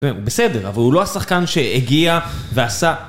בסדר, אבל הוא לא השחקן שהגיע ועשה...